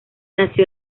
nació